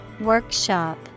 Workshop